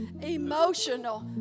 emotional